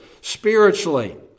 Spiritually